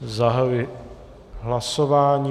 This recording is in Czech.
Zahajuji hlasování.